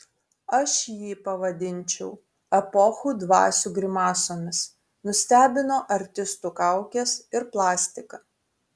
aš jį pavadinčiau epochų dvasių grimasomis nustebino artistų kaukės ir plastika